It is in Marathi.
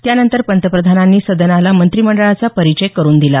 त्यानंतर पंतप्रधानांनी सदनाला मंत्रिमंडळाचा परिचय करून दिला